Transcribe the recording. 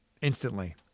instantly